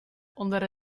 onder